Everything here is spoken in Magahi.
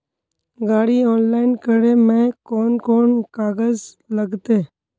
गाड़ी ऑनलाइन करे में कौन कौन कागज लगते?